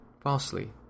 falsely